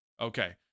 Okay